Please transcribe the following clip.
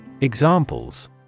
Examples